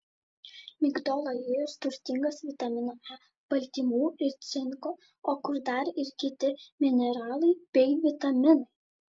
migdolų aliejus turtingas vitamino e baltymų ir cinko o kur dar ir kiti mineralai bei vitaminai